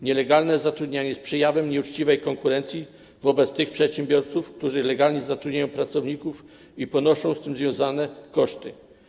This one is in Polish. Nielegalne zatrudnianie jest przejawem nieuczciwej konkurencji wobec tych przedsiębiorców, którzy legalnie zatrudniają pracowników i ponoszą związane z tym koszty.